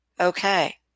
Okay